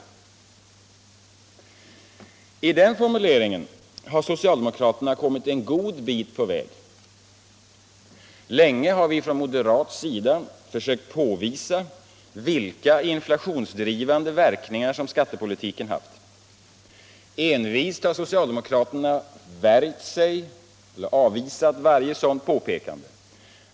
I den formuleringen har socialdemokraterna kommit en god bit på väg. Länge har vi från moderat sida försökt påvisa vilka inflationsdrivande verkningar skattepolitiken haft. Envist har socialdemokraterna avvisat varje sådant påpekande.